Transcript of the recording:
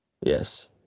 Yes